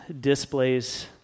displays